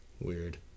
Weird